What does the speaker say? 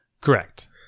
Correct